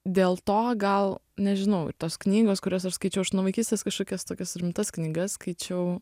dėl to gal nežinau ir tos knygos kurias aš skaičiau aš nuo vaikystės kažkokias tokias rimtas knygas skaičiau